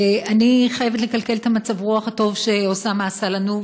אני חייבת לקלקל את מצב-הרוח הטוב שאוסאמה עשה לנו,